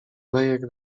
lejek